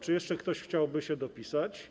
Czy jeszcze ktoś chciałby się dopisać?